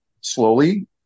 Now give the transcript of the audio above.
slowly